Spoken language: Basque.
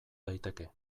daiteke